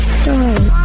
story